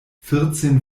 vierzehn